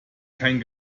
kein